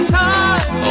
time